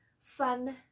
fun